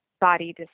body